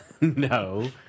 No